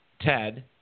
Ted